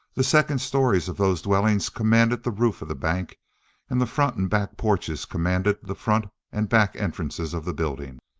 the second stories of those dwellings commanded the roof of the bank and the front and back porches commanded the front and back entrances of the building.